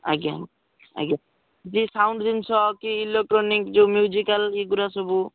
ଆଜ୍ଞା ଆଜ୍ଞା ଯିଏ ସାଉଣ୍ଡ୍ ଜିନିଷ କି ଇଲେକ୍ଟ୍ରୋନିକ୍ ଯେଉଁ ମ୍ୟୁଜିକାଲ୍ ଏଗୁଡ଼ା ସବୁ